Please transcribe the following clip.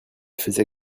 faisait